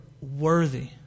worthy